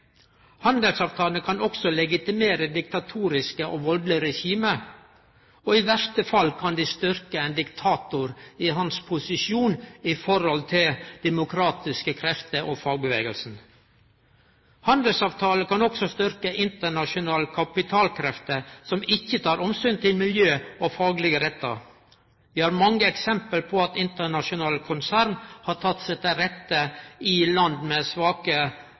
kan også legitimere diktatoriske og valdelege regime, og i verste fall kan det styrkje ein diktator i hans posisjon i forhold til demokratiske krefter og fagrørsla. Handelsavtaler kan også styrkje internasjonale kapitalkrefter som ikkje tek omsyn til miljø og faglege rettar. Vi har mange eksempel på at internasjonale konsern har teke seg til rette i land med svake